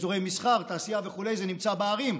אזורי מסחר, תעשייה, וכו' זה נמצא בערים.